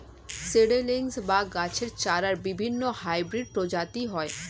seedlings বা গাছের চারার বিভিন্ন হাইব্রিড প্রজাতি হয়